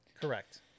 Correct